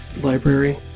library